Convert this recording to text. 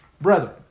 brethren